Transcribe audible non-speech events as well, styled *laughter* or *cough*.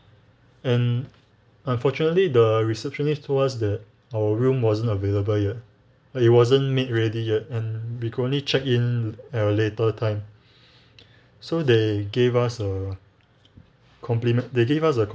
and unfortunately the receptionist told us that our room wasn't available yet uh it wasn't made ready yet and we could only check in at a later time *breath* so they gave us a compliment~ they gave us a